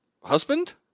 Husband